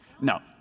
no